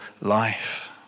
life